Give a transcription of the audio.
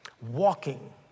walking